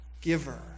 giver